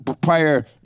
prior